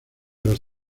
los